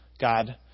God